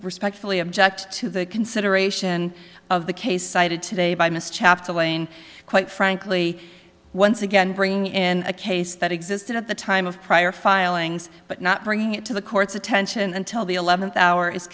respectfully object to the consideration of the case cited today by miss chapter lane quite frankly once again bringing in a case that existed at the time of prior filings but not bringing it to the court's attention until the eleventh hour